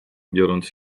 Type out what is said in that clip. biorąc